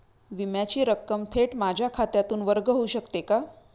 विम्याची रक्कम थेट माझ्या खात्यातून वर्ग होऊ शकते का?